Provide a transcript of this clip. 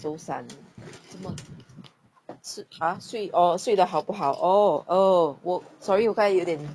zhou sun 什么吃 !huh! 睡 orh 睡得好不好 oh oh sorry 我刚才有一点